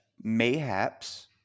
Mayhap's